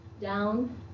down